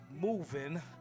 moving